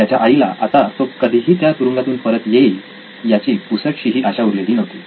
त्याच्या आईला आता तो कधीही त्या तुरुंगातून परत येईल याची पुसटशीही आशा उरलेली नव्हती